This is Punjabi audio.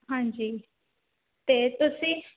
ਹਾਂਜੀ ਅਤੇ ਤੁਸੀਂ